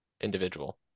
individual